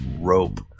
rope